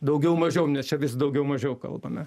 daugiau mažiau nes vis daugiau mažiau kalbame